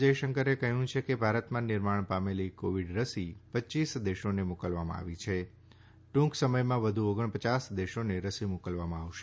જયશંકરે કહ્યું છે કે ભારતમાં નિર્માણ પામેલી કોવિડ રસી પચ્યીસ દેશોને મોકલવામાં આવી છે ટૂંક સમયમાં વધુ ઓગણપયાસ દેશોને રસી મોકલવામાં આવશે